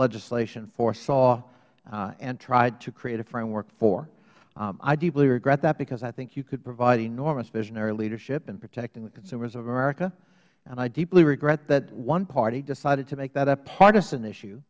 legislation foresaw and tried to create a framework for i deeply regret that because i think you could provide enormous visionary leadership in protecting the consumers of america and i deeply regret that one party decided to make that a partisan issue